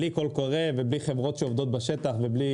בלי קול קורא ובלי חברות שעובדות בשטח, ובלי